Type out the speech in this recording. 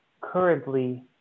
currently